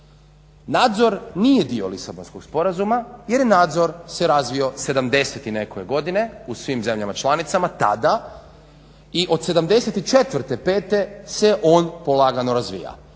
Nadzor nije dio Lisabonskog sporazuma jer je nadzor se razvio sedamdeset i nekoje godine u svim zemljama članicama tada i od '74., pete se on polagano razvija.